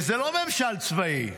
וזה לא ממשל צבאי.